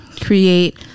Create